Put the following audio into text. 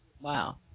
wow